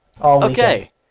Okay